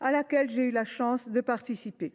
à laquelle j’ai eu la chance de participer.